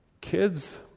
kids